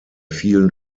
vielen